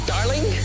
Darling